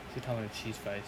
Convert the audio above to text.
是他们的 cheese fries